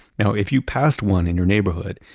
now, if you've passed one in your neighborhood,